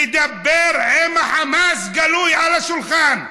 לדבר עם החמאס גלוי על השולחן.